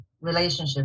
relationship